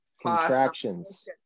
contractions